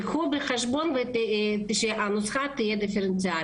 קחו את זה בחשבון ושהנוסחה תהיה דיפרנציאלית.